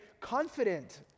confident